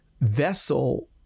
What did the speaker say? vessel